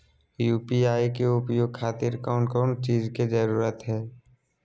UPI के उपयोग के खातिर कौन कौन चीज के जरूरत है?